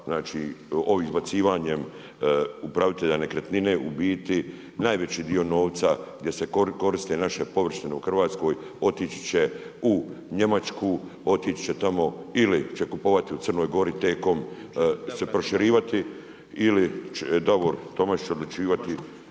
znači ovim izbacivanjem upravitelja nekretnine u biti najveći dio novca gdje se koriste naše površine u Hrvatskoj otići će u Njemačku, otići će tamo, ili će kupovati u Crnoj Gori, T-com se proširivati ili će Davor Tomašević odlučivati